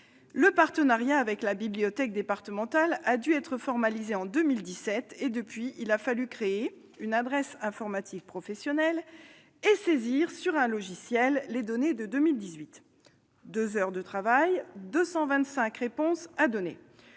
Le partenariat avec la bibliothèque départementale a dû être formalisé en 2017 et depuis, il a fallu créer une adresse informatique professionnelle et saisir sur un logiciel les données de 2018 : 2 heures de travail, 225 réponses à apporter.